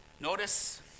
Notice